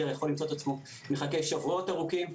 יכול למצוא את עצמו מחכה שבועות ארוכים.